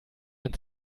ein